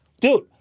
Dude